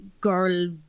girl